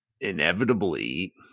inevitably